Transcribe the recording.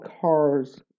cars